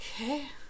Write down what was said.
Okay